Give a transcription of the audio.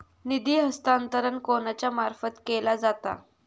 निधी हस्तांतरण कोणाच्या मार्फत केला जाता?